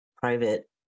private